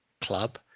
club